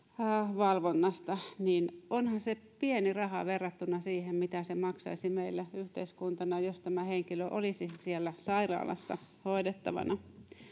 valvonnasta niin onhan se pieni raha verrattuna siihen mitä se maksaisi meille yhteiskuntana jos tämä henkilö olisi siellä sairaalassa hoidettavana